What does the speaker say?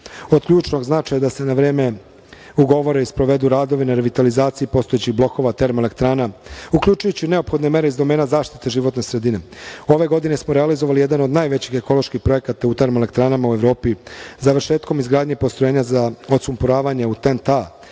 Od ključnog značaja je da se na vreme ugovore i sprovedu radovi na revitalizaciji postojećih blokova termoelektrana, uključujući i neophodne mere iz domena zaštite životne sredine. Ove godine smo realizovali jedan od najvećih ekoloških projekata u termoelektranama u Evropi, završetkom izgradnje postrojenja za odsumporavanje u TENTA,